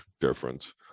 difference